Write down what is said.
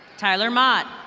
tyler mott.